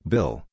Bill